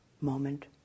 moment